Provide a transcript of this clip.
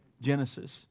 Genesis